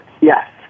Yes